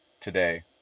today